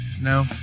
No